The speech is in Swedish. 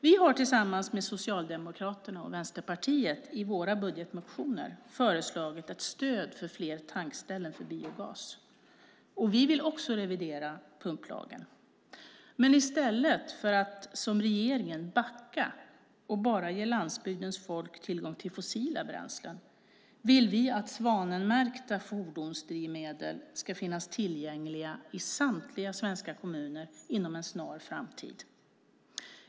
Vi har tillsammans med Socialdemokraterna och Vänsterpartiet i våra budgetmotioner föreslagit ett stöd för fler tankställen för biogas. Vi vill också revidera pumplagen. Men i stället för att, som regeringen, backa och bara ge landsbygdens folk tillgång till fossila bränslen vill vi att svanmärkta fordonsdrivmedel ska finnas tillgängliga i samtliga svenska kommuner inom en snar framtid.